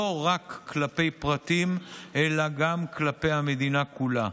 רק כלפי פרטים אלא גם כלפי המדינה כולה,